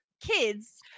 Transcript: kids